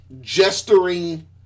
gesturing